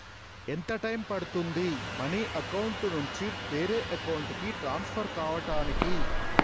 ఎంత టైం పడుతుంది money account నుంచి వేరే అకౌంట్ కి ట్రాన్స్ఫర్ కావటానికి?